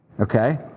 Okay